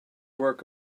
work